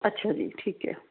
ਅੱਛਾ ਜੀ ਠੀਕ ਹ